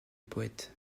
poëte